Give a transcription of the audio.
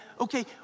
okay